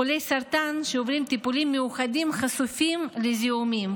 חולי סרטן שעוברים טיפולים מיוחדים חשופים לזיהומים,